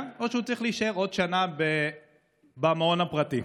או שהוא צריך להישאר עוד שנה במעון הפרטי.